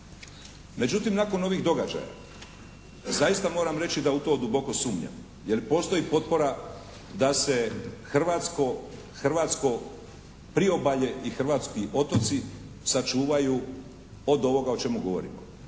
Međutim nakon ovih događaja zaista moram reći da u to duboko sumnjam, jer postoji potpora da se hrvatsko priobalje i hrvatski otoci sačuvaju od ovoga o čemu govorimo.